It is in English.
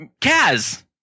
Kaz